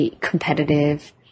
competitive